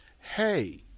hey